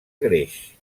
greix